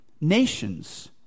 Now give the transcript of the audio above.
nations